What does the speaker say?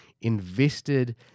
invested